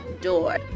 door